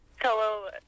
hello